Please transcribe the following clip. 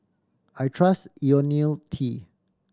I trust Ionil T